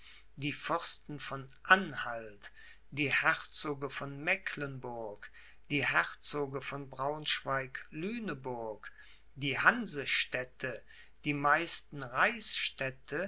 die fürsten von anhalt die herzoge von mecklenburg die herzoge von braunschweig lüneburg die hansestädte und die meisten